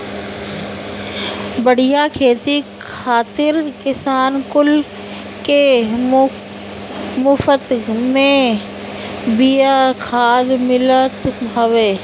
बढ़िया खेती खातिर किसान कुल के मुफत में बिया खाद मिलत हवे